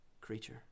creature